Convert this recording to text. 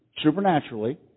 supernaturally